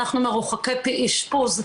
אנחנו מרוחקי אשפוז,